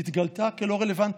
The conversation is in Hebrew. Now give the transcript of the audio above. התגלתה כלא רלוונטית.